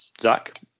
Zach